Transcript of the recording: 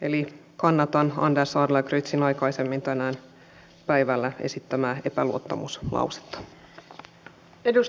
eli kannatan anders adlercreutzin aikaisemmin tänään päivällä esittämää epäluottamuslausetta